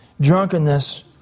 drunkenness